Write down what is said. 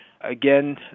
Again